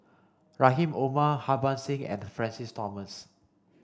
Rahim Omar Harbans Singh and Francis Thomas